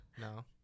No